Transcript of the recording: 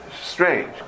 strange